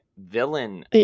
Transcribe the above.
villain